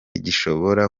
gishobora